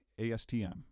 ASTM